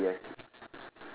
ya sure yes